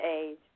age